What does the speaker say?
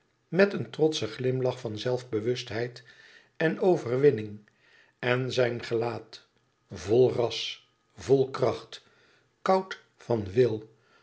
met een trotschen glimlach van zelfbewustheid en overwinning en zijn gelaat vol ras vol kracht koud van wil